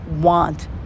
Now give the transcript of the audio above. want